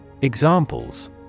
Examples